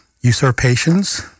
usurpations